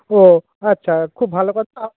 ও আচ্ছা খুব ভালো কথা